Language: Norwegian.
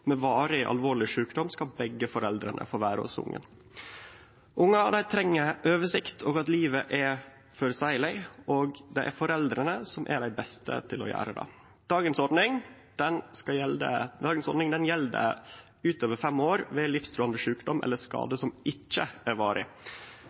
varig alvorleg sjukdom skal begge foreldra få vere hos ungen. Ungar treng oversikt og at livet er føreseieleg, og det er foreldra som er dei beste til å gje dei det. Dagens ordning gjeld utover fem år ved livstruande sjukdom eller